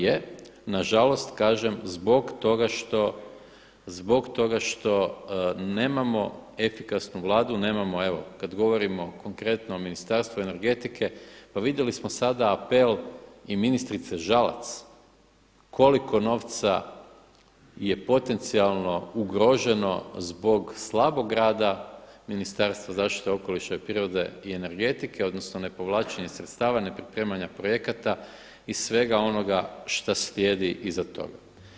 Na žalost kažem, zbog toga što nemao efikasnu Vladu nemamo evo kada govorimo konkretno o Ministarstvu energetike, pa vidjeli smo sada apel i ministrice Žalac koliko novca je potencijalno ugroženo zbog slabog rada Ministarstva zaštite okoliša i prirode i energetike odnosno ne povlačenja sredstva, ne pripremanja projekata i svega onoga što slijedi iza toga.